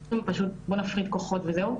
למה הענשת את הילד הזה על ככה ולא אחרת.